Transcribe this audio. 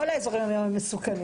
כל האזורים היום הם מסוכנים,